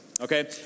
okay